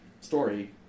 story